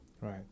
Right